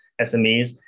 SMEs